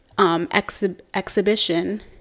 Exhibition